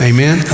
Amen